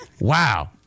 Wow